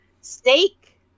steak